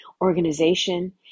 organization